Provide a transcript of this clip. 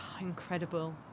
Incredible